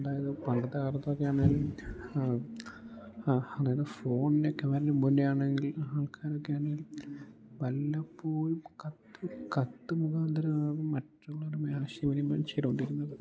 അതായത് പണ്ടത്തെ കാലത്തൊക്കെ ആണെങ്കിൽ അതായത് ഫോണിൻ്റെയൊക്കെ വരവിനുമുന്നേ ആണെങ്കിൽ ആൾക്കാരൊക്കെ ആണെങ്കിൽ വല്ലപ്പോഴും കത്ത് കത്ത് മുഖാന്തരമാണ് മറ്റുള്ളവരുമായി ആശയവിനിമയം ചെയ്തുകൊണ്ടിരുന്നത്